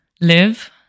live